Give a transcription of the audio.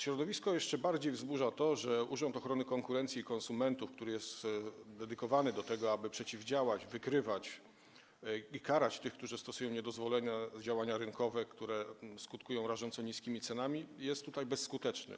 Środowisko jeszcze bardziej wzburza to, że Urząd Ochrony Konkurencji i Konsumentów, który jest dedykowany, aby temu przeciwdziałać, aby wykrywać i karać tych, którzy stosują niedozwolone działania rynkowe, które skutkują rażąco niskimi cenami, jest tutaj bezskuteczny.